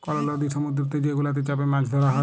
call লদি সমুদ্দুরেতে যে গুলাতে চ্যাপে মাছ ধ্যরা হ্যয়